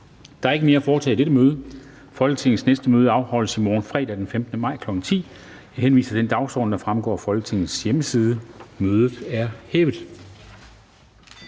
Der er ikke mere at foretage i dette møde. Folketingets næste møde afholdes i morgen, fredag den 15. maj 2020, kl. 10.00. Jeg henviser til den dagsorden, der fremgår af Folketingets hjemmeside. Mødet er hævet.